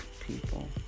people